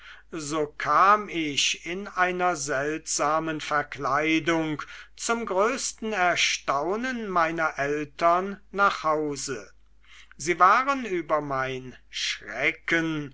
so kam ich in einer seltsamen verkleidung zum größten erstaunen meiner eltern nach hause sie waren über mein schrecken